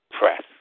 press